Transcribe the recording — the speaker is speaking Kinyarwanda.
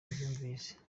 mbyumvise